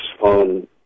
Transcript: on